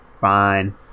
Fine